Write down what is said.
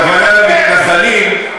הכוונה למתנחלים,